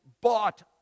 bought